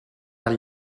del